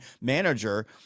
manager